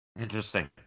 Interesting